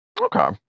Okay